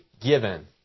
given